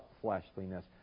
fleshliness